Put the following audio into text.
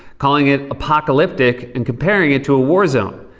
calling it apocalyptic and comparing it to a war zone.